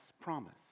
promise